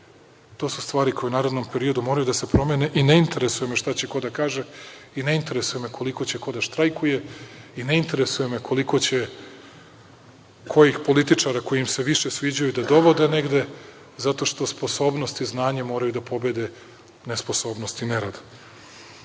To su stvari koje u narednom periodu moraju da se promene i ne interesuje me šta će ko da kaže i ne interesuje me koliko će ko da štrajkuje i ne interesuje me koliko će kojih političara, koji im se sviđaju, da dovode, jer sposobnost i znanje moraju da pobede nesposobnost i nerad. Ono